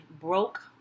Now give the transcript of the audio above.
broke